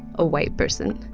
a white person?